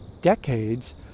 decades